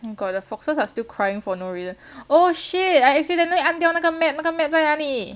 oh my god the foxes are still crying for no reason oh shit I accidentally 按掉那个 map 那个 map 在哪里